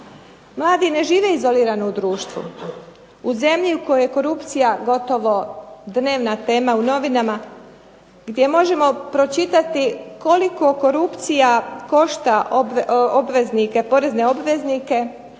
Mladi ne žive izolirano u društvu, u zemlji u kojoj je korupcija gotovo dnevna tema u novinama gdje možemo pročitati koliko korupcija košta porezne obveznike